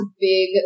big